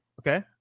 Okay